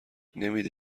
نمیده